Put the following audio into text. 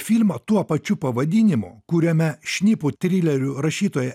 filmą tuo pačiu pavadinimu kuriame šnipų trilerių rašytoja